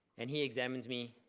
and he examines me.